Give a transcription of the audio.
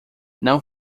não